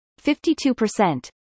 52%